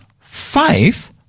faith